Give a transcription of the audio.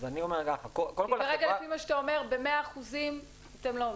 כי כרגע, לפי מה שאתה אומר, ב-100% אתם לא עומדים.